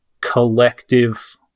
collective